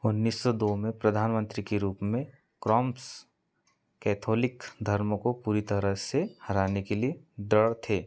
उन्नीस सौ दो में प्रधानमन्त्री के रूप में क्रॉम्स कैथोलिक धर्म को पूरी तरह से हराने के लिए दृढ़ थे